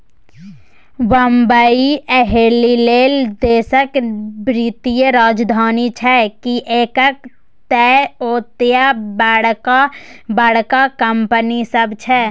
बंबई एहिलेल देशक वित्तीय राजधानी छै किएक तए ओतय बड़का बड़का कंपनी सब छै